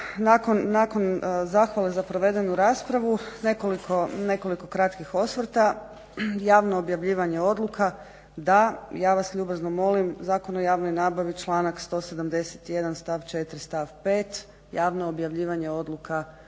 nakon zahvale za provedenu raspravu nekoliko kratkih osvrta. Javno objavljivanje odluka, da. Ja vas ljubazno molim Zakon o javnoj nabavi članak 171. stav 4. stav 5. javno objavljivanje odluka u